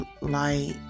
light